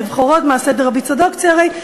בבכורות במעשה דרבי צדוק ציעריה,